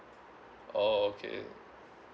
oh okay